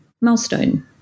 milestone